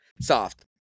Soft